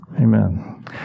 amen